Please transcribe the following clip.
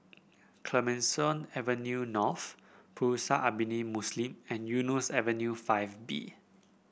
Clemenceau Avenue North Pusara Abadi Muslim and Eunos Avenue Five B